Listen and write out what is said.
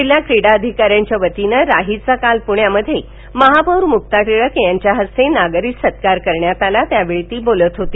जिल्हा क्रीडाअधिका यांच्या वतीनं राहीचा काल पुण्यात महापौर मुका टिळक यांच्या हस्ते नागरी सत्कार करण्यात आला त्यावेळी ती बोलत होती